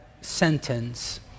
sentence